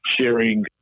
sharing